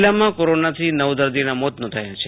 જિલ્લામાં કોરોનાથી નવ દર્દીના મોત નોંધાયાં છે